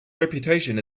reputation